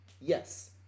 yes